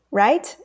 right